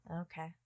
Okay